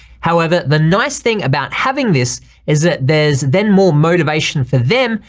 however, the nice thing about having this is that there's then more motivation for them,